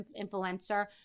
influencer